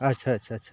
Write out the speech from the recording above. ᱟᱪᱪᱷᱟ ᱟᱪᱪᱷᱟ ᱟᱪᱪᱷᱟ